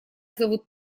зовут